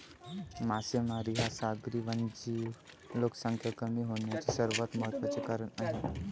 मासेमारी हा सागरी वन्यजीव लोकसंख्या कमी होण्याचे सर्वात महत्त्वाचे कारण आहे